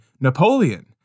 Napoleon